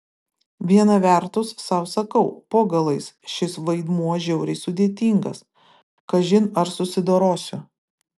viena vertus sau sakau po galais šis vaidmuo žiauriai sudėtingas kažin ar susidorosiu